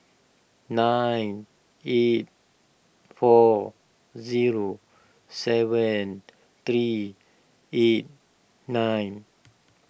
nine eight four zero seven three eight nine